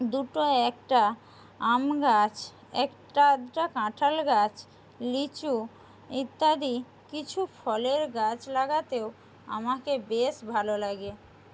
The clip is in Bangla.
দুটো একটা আম গাছ একটা আধটা কাঁঠাল গাছ লিচু ইত্যাদি কিছু ফলের গাছ লাগাতেও আমাকে বেশ ভালো লাগে